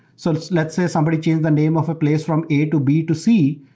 so let's let's say somebody changed the name of a place from a, to b, to c.